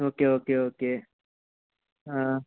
okay okay okay